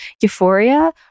Euphoria